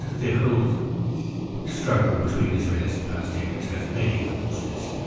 the whole struggle between israelis and palestinians has many causes,